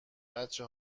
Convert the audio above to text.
بچه